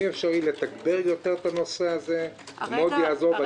אם אפשר לתגבר יותר את הנושא הזה זה מאוד יעזור.